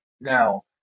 now